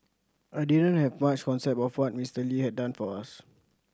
I didn't have much concept of what Mister Lee had done for us